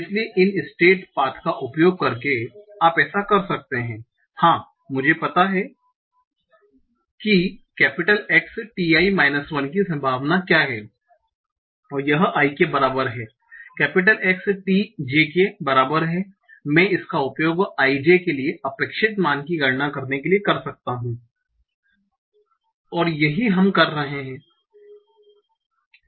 इसलिए इन state path का उपयोग करके आप ऐसा कर सकते हैं हाँ मुझे पता है कि X t 1 की संभावना क्या है यह i के बराबर है Xt j के बराबर है मैं इसका उपयोग i j के लिए अपेक्षित मान की गणना करने के लिए कर सकता हूं और यही हम कर रहे हैं